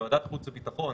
וועדת החוץ הביטחון